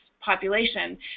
population